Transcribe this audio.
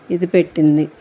ఇది పెట్టింది